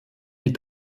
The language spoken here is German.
die